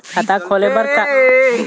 खाता खोले बर का का कागजात के जरूरत पड़ही?